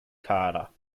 kader